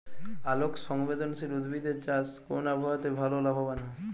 আলোক সংবেদশীল উদ্ভিদ এর চাষ কোন আবহাওয়াতে ভাল লাভবান হয়?